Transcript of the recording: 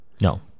No